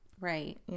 right